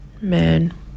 Man